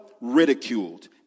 ridiculed